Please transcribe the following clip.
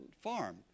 farm